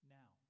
now